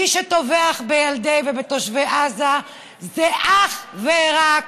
מי שטובח בילדי ובתושבי עזה זה אך ורק